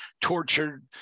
tortured